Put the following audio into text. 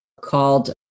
called